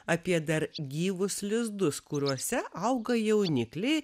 apie dar gyvus lizdus kuriuose auga jaunikliai